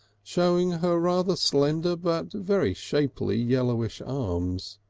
showing her rather slender but very shapely yellowish arms.